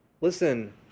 Listen